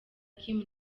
kim